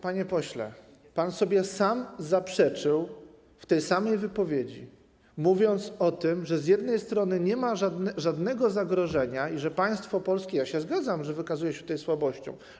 Panie pośle, pan sobie sam zaprzeczył w tej samej wypowiedzi, mówiąc o tym, że z jednej strony nie ma żadnego zagrożenia i że państwo polskie, ja się zgadzam, wykazuje się tutaj słabością.